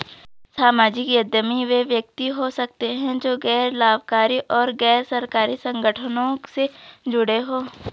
सामाजिक उद्यमी वे व्यक्ति हो सकते हैं जो गैर लाभकारी और गैर सरकारी संगठनों से जुड़े हों